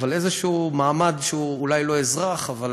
אבל איזשהו מעמד, שהוא אולי לא אזרח, אבל